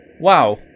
Wow